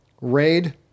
Raid